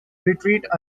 retreat